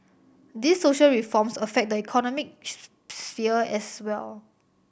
these social reforms affect the economic sphere as well